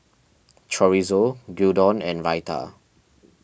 Chorizo Gyudon and